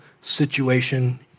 situation